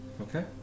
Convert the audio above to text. Okay